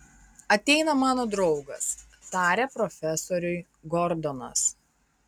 ateina mano draugas tarė profesoriui gordonas